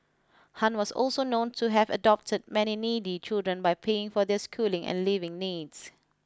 Han was also known to have adopted many needy children by paying for their schooling and living needs